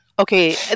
Okay